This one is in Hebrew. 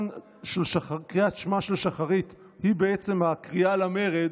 שקריאת שמע של שחרית היא בעצם הקריאה למרד,